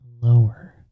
lower